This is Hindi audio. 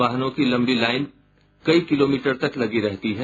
वाहनों की लंबी लाईन कई किलोमीटर तक लगी रहती है